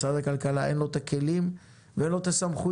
למשרד הכלכלה אין לו את הכלים ואין לו את הסמכויות.